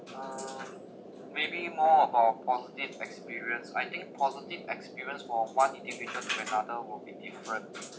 um maybe more about positive experience I think positive experience for one individual to another would be different